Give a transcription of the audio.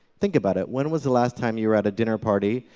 think about it. when was the last time you were at a dinner party,